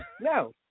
No